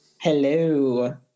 Hello